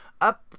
up